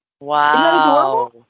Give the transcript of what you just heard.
Wow